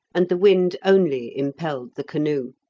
and the wind only impelled the canoe.